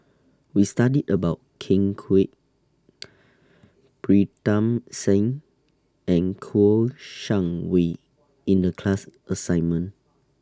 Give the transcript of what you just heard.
We studied about Ken Kwek Pritam Singh and Kouo Shang Wei in The class assignment